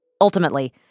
Ultimately